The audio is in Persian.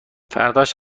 فرداش